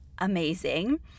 Amazing